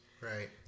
Right